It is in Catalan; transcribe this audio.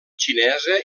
xinesa